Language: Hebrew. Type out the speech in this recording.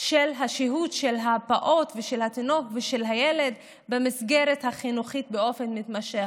של השהות של הפעוט ושל התינוק ושל הילד במסגרת החינוכית באופן מתמשך.